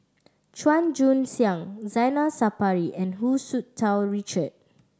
Chua Joon Siang Zainal Sapari and Hu Tsu Tau Richard